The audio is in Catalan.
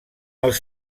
els